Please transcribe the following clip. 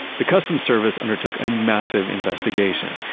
the customs service undertook a massive investigation,